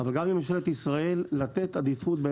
אבל גם מממשלת ישראל לתת עדיפות,